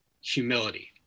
humility